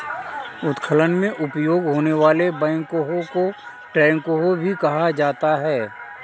उत्खनन में उपयोग होने वाले बैकहो को ट्रैकहो भी कहा जाता है